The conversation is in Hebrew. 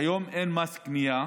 כיום אין מס קנייה